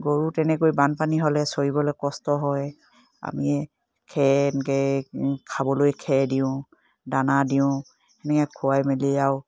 গৰুও তেনেকৈ বানপানী হ'লে চৰিবলৈ কষ্ট হয় আমিয়ে খেৰ দেৰ খাবলৈ খেৰ দিওঁ দানা দিওঁ সেনেকৈ খুৱাই মেলি আৰু